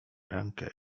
rękę